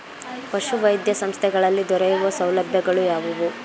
ಪಶುವೈದ್ಯ ಸಂಸ್ಥೆಗಳಲ್ಲಿ ದೊರೆಯುವ ಸೌಲಭ್ಯಗಳು ಯಾವುವು?